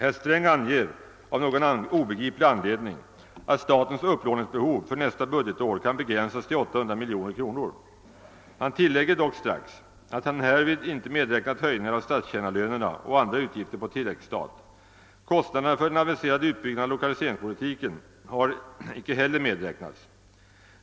Herr Sträng anger av någon obegriplig anledning att statens upplåningsbehov för nästa budgetår kan begränsas till 800 miljoner kronor. Han tillägger dock strax att han härvid icke medräknat höjningar av statstjänarlönerna och andra utgifter på tilläggsstat. Kostnaderna för den aviserade utbyggnaden av lokaliseringspolitiken har inte heller medräknats.